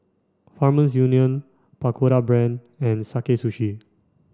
Farmers Union Pagoda Brand and Sakae Sushi